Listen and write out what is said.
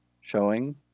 showing